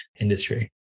industry